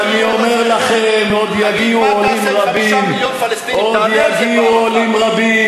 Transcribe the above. ואני אומר לכם, עוד יגיעו עולים רבים.